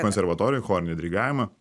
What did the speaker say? konservatorijoj chorinį dirigavimą